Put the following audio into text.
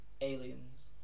Aliens